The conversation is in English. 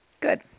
Good